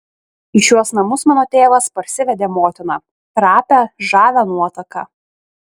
į šiuos namus mano tėvas parsivedė motiną trapią žavią nuotaką